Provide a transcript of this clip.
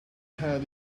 had